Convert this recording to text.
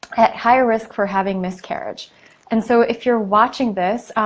at higher risk for having miscarriage and so if you're watching this,